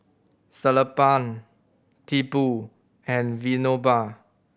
Sellapan Tipu and Vinoba